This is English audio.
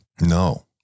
No